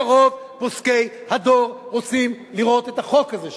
ורוב פוסקי הדור רוצים לראות את החוק הזה.